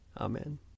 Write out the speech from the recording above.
Amen